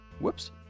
Whoops